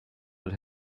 that